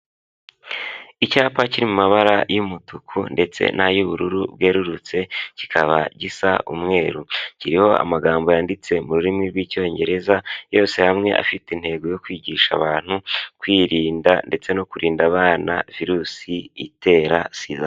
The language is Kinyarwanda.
Icyapa cyiri mumabara y'umutuku ndetse n'ay'ubururu bwerurutse kikaba gisa umweru kiriho amagambo yanditse mu rurimi rw'icyongereza yose hamwe afite intego yo kwigisha abantu kwirinda ndetse no kurinda abana virusi itera sida.